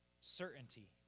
Certainty